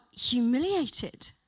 humiliated